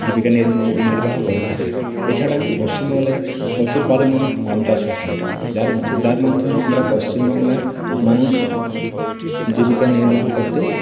জীবিকা নির্বাহ করে থাকে এছাড়া পশ্চিমবাংলায় প্রচুর পরিমাণে গম চাষও হয় যার যার মাধ্যমে আমরা পশ্চিমবাংলার মানুষ জীবিকা নির্বাহ করতে